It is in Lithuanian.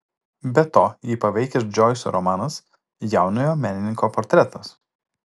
be to jį paveikęs džoiso romanas jaunojo menininko portretas